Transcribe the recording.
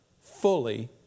fully